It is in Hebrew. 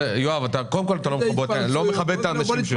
אתה לא מכבד את האנשים שיושבים כאן.